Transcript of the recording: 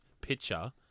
Picture